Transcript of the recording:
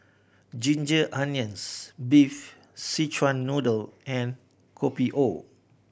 ginger onions beef Szechuan Noodle and Kopi O